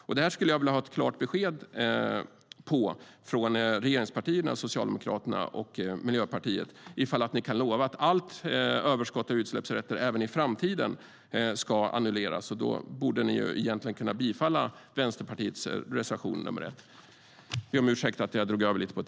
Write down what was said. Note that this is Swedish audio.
Jag skulle vilja ha ett klart besked om detta från regeringspartierna Socialdemokraterna och Miljöpartiet. Kan ni lova att allt överskott av utsläppsrätter även i framtiden ska annulleras? I så fall borde ni kunna bifalla Vänsterpartiets reservation nr 1.